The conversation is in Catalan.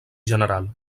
general